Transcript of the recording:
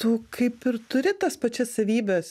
tu kaip ir turi tas pačias savybes